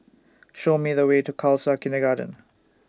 Show Me The Way to Khalsa Kindergarten